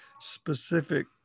specific